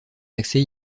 accès